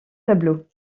tableaux